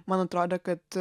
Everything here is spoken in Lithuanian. man atrodė kad